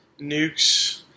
Nukes